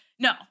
No